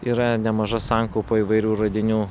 yra nemaža sankaupa įvairių radinių